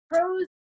pros